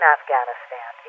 Afghanistan